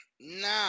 Nah